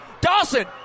Dawson